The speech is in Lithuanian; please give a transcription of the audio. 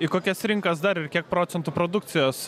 į kokias rinkas dar ir kiek procentų produkcijos